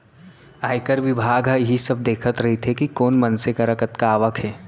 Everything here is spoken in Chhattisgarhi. आयकर बिभाग ह इही सब देखत रइथे कि कोन मनसे करा कतका आवक हे